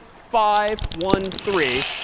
five, one, three,